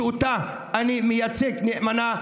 שאותה אני מייצג נאמנה,